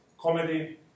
comedy